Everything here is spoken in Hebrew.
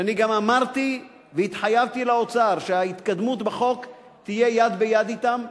שאני גם אמרתי והתחייבתי לאוצר שההתקדמות בחוק תהיה יד ביד אתם,